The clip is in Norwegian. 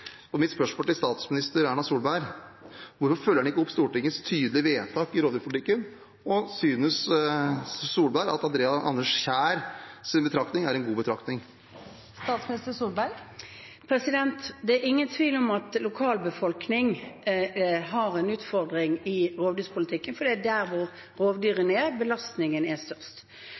Mitt spørsmål til statsminister Erna Solberg, er: Hvorfor følger en ikke opp Stortingets tydelige vedtak i rovdyrpolitikken? Og: Synes Solberg at Anders Kjærs betraktning er en god betraktning? Det er ingen tvil om at lokalbefolkningen har en utfordring i rovdyrpolitikken, for det er der rovdyrene er, at belastningen er størst.